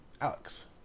Alex